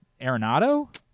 Arenado